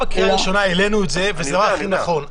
את זה כבר בקריאה ראשונה.